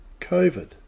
COVID